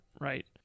right